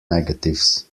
negatives